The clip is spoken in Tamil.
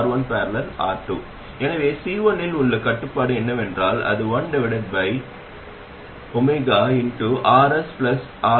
உண்மையில் இது ஒரு மின்னழுத்தக் கட்டுப்படுத்தப்பட்ட மின்னோட்ட மூலமாகவும் மின்னழுத்தம் கட்டுப்படுத்தப்பட்ட மின்னோட்ட மூலமானது MOS டிரான்சிஸ்டராக மட்டுமே உள்ளது